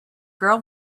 girl